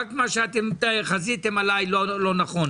רק מה שאתם חזיתם עליי לא נכון,